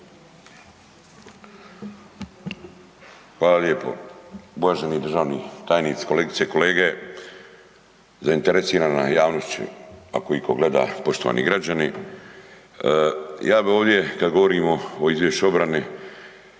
Hvala lijepo. Uvaženi državi tajniče, kolegice i kolege, zainteresirana javnosti ako itko gleda, poštovani građani. Ja bi ovdje kad govorimo o izvješću obrane